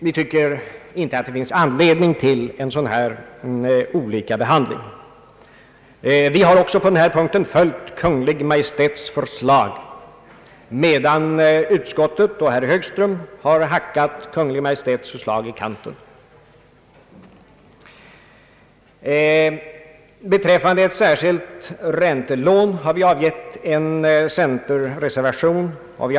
Vi tycker inte att det finns anledning till så olika behandling. Vi har på denna punkt följt Kungl. Maj:ts förslag, medan utskottet och herr Högström har naggat Kungl. Maj:ts förslag i kanten. I fråga om särskilt räntelån har det avgivits en centerreservation.